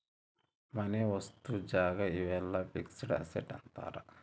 ಮನೆ ವಸ್ತು ಜಾಗ ಇವೆಲ್ಲ ಫಿಕ್ಸೆಡ್ ಅಸೆಟ್ ಅಂತಾರ